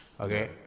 Okay